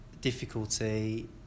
difficulty